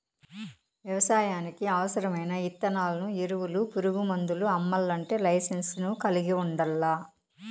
వ్యవసాయానికి అవసరమైన ఇత్తనాలు, ఎరువులు, పురుగు మందులు అమ్మల్లంటే లైసెన్సును కలిగి ఉండల్లా